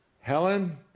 Helen